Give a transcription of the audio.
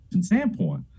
standpoint